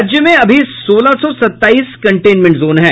राज्य में अभी सोलह सौ सत्ताईस कंटेनमेंट जोन हैं